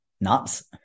nuts